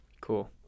Cool